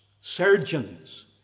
surgeons